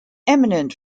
eminent